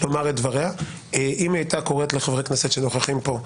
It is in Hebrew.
דבר ראשון, חברת הכנסת אפרת רייטן -- נכון.